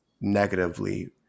negatively